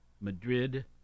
Madrid